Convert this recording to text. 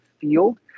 field